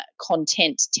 content